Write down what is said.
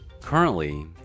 currently